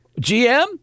GM